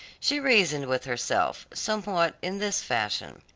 she reasoned with herself somewhat in this fashion.